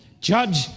judge